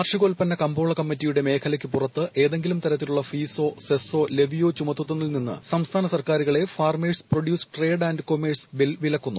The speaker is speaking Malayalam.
കാർഷികോൽപ്പന്ന കമ്പോള കമ്മിറ്റിയുടെ മേഖലയ്ക്കു പുറത്ത് ഏതെങ്കിലും തരത്തിലുള്ള ഫീ സോ സെസോ ലെവിയോ ചുമത്തുന്നതിൽ നിന്ന് സംസ്ഥാന സർക്കാരുകളെ farmers produce trade and commerce bill വിലക്കുന്നു